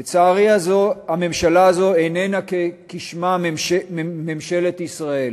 לצערי, הממשלה הזו איננה כשמה, ממשלת ישראל,